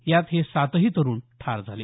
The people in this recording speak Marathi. यात हे सातही तरूण ठार झाले